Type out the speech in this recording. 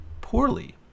poorly